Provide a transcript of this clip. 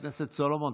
חבר הכנסת סולומון,